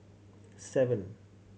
seven